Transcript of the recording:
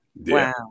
Wow